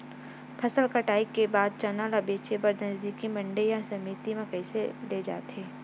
फसल कटाई के बाद चना ला बेचे बर नजदीकी मंडी या समिति मा कइसे ले जाथे?